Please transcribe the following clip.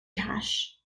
cash